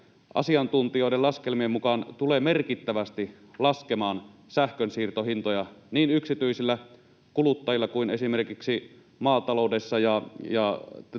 asiantuntijoiden laskelmien mukaan tulee merkittävästi laskemaan sähkönsiirtohintoja niin yksityisillä kuluttajilla kuin esimerkiksi maataloudessa ja